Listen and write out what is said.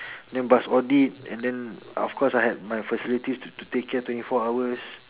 then bus audit and then of course I had my facilities to take care twenty four hours